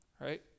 right